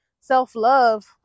self-love